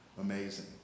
amazing